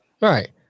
Right